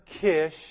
Kish